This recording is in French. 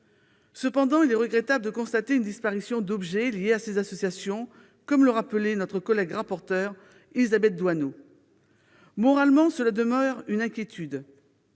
Cependant, il est regrettable de devoir constater la disparition d'objets liés à ces associations, comme le rappelait notre collègue rapporteure Élisabeth Doineau. Moralement, cela suscite une inquiétude.